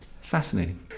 fascinating